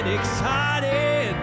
excited